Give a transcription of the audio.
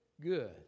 good